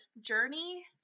journey